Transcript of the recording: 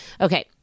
Okay